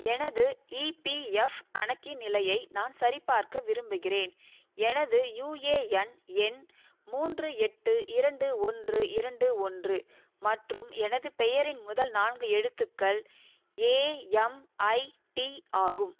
எனது இபிஎஃப் கணக்கின் நிலையை நான் சரிபார்க்க விரும்புகிறேன் எனது யுஏஎன் எண் மூன்று எட்டு இரண்டு ஒன்று இரண்டு ஒன்று மற்றும் எனது பெயரின் முதல் நான்கு எழுத்துக்கள் ஏஎம்ஐடி ஆகும்